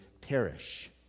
perish